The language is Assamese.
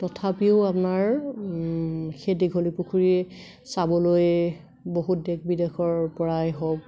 তথাপিও আপোনাৰ সেই দীঘলী পুখুৰী চাবলৈ বহুত দেশ বিদেশৰ পৰাই হওক